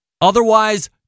otherwise